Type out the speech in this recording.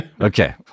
Okay